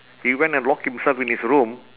he went and lock himself in his room